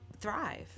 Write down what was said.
thrive